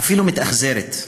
אפילו מתאכזרת.